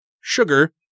sugar